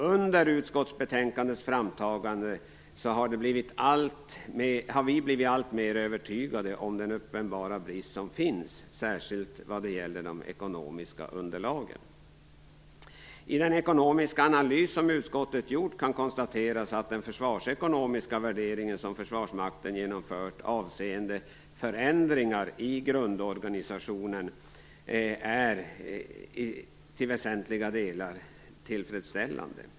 Under utskottsbetänkandets framtagande har vi blivit alltmer övertygade om den uppenbara brist som finns särskilt vad det gäller de ekonomiska underlagen. I den ekonomiska analys som utskottet gjort konstateras att den försvarsekonomiska värdering som Försvarsmakten genomfört avseende förändringar i grundorganisationen till väsentliga delar är tillfredsställande.